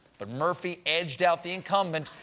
but murfee edged out the incumbent,